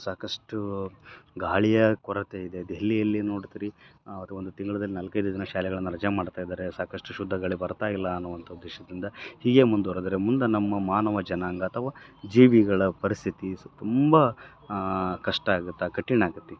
ಸಾಕಷ್ಟು ಗಾಳಿಯ ಕೊರತೆ ಇದೆ ದೆಹಲಿಯಲ್ಲಿ ನೋಡ್ತೀರಿ ಅದು ಒಂದು ತಿಂಗಳ್ದಲ್ಲಿ ನಾಲ್ಕು ಐದು ದಿನ ಶಾಲೆಗಳನ್ನು ರಜೆ ಮಾಡ್ತಾ ಇದ್ದಾರೆ ಸಾಕಷ್ಟು ಶುದ್ಧ ಗಾಳಿ ಬರ್ತಾ ಇಲ್ಲ ಅನ್ನುವಂಥ ಉದ್ದೇಶದಿಂದ ಹೀಗೆ ಮುಂದುವರೆದರೆ ಮುಂದೆ ನಮ್ಮ ಮಾನವ ಜನಾಂಗ ಅಥವಾ ಜೀವಿಗಳ ಪರಿಸ್ಥಿತಿ ಸು ತುಂಬ ಕಷ್ಟ ಆಗತ್ತೆ ಕಠಿಣ ಆಗತ್ತೆ